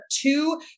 two